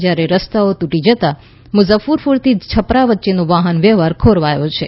જ્યારે રસ્તાઓ તૂટી જતા મુઝફ્ફપુરથી છપરા વચ્ચેનો વાફન વ્યવહાર ખોરવાયો છે